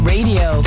Radio